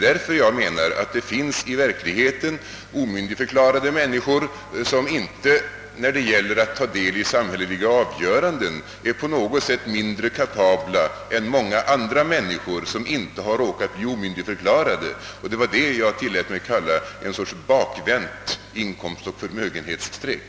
Därför menar jag att det finns omyndigförklarade människor som när det gäller att ta del i samhälleliga avgöranden inte är på något sätt mindre kapabla än många andra människor, som inte har råkat bli omyndigförklarade. Det var det jag tillät mig kalla ett slags bakvänt inkomstoch förmögenhetsstreck.